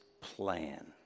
plan